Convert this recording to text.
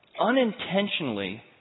unintentionally